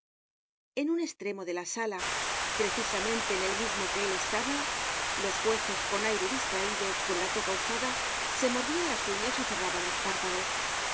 en un estremo de la sala precisamente en el mismo que él estaba los jueces con aire distraido con la toga usada se mordian las uñas ó cerraban los párpados